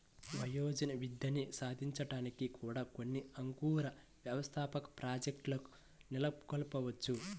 వయోజన విద్యని సాధించడానికి కూడా కొన్ని అంకుర వ్యవస్థాపక ప్రాజెక్ట్లు నెలకొల్పవచ్చు